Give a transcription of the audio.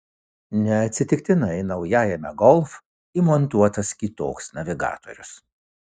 neatsitiktinai naujajame golf įmontuotas kitoks navigatorius